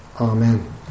Amen